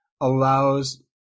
allows